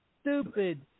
stupid